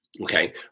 Okay